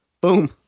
Boom